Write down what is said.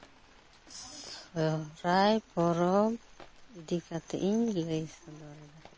ᱥᱚᱦᱨᱟᱭ ᱯᱚᱨᱚᱵᱽ ᱤᱫᱤ ᱠᱟᱛᱮᱫ ᱤᱧ ᱞᱟᱹᱭ ᱥᱚᱫᱚᱨ ᱮᱫᱟ